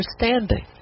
understanding